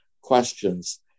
questions